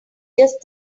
just